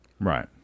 Right